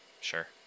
Sure